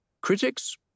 Critics